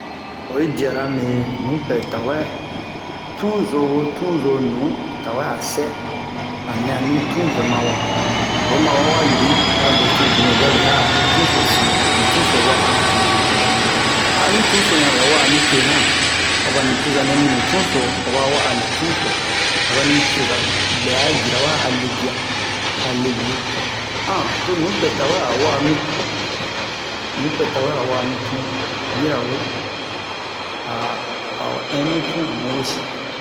oyi diara me nupɛ tawɛ tuzo wo tuzo nu tawɛ a sɛ anɛ ami tun vɛma wa oma awa wa lui avɛ tun binu ovɛ ji ani tunso sin ni tunso wa'a ma tete ani tunso yanbɛ wa'a mite o bani coza nɛ mini tunso oba wa'ani tunso abani coza bɛ'a jira wa'a le dea a lebio to nupɛ tawe a wa'a mi tun nupɛ tawe mi tun yirawe a'o hin mi tun amu wesin